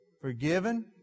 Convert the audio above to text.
forgiven